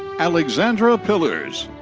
alexandra pillers.